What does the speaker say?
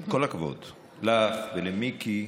הכבוד לך ולמיקי.